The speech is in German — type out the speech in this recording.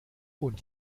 und